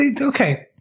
okay